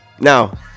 Now